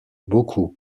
beaucoup